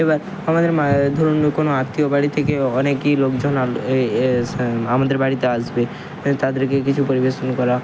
এবার আমাদের ধরুন কোনো আত্মীয় বাড়ি থেকে অনেকই লোকজন আমাদের বাড়িতে আসবে তাদেরকে কিছু পরিবেশন করা